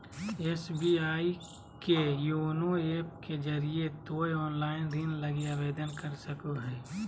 SBI के YONO app के जरिए तोय ऑनलाइन ऋण लगी आवेदन कर सको हो